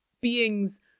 beings